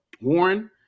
Warren